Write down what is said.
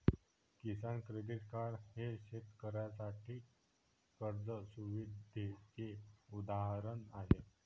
किसान credit card हे शेतकऱ्यांसाठी कर्ज सुविधेचे उदाहरण आहे